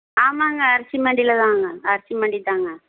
ஆமாங்க அரிசி மண்டியில் தாங்க அரிசி மண்டி தாங்க